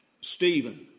Stephen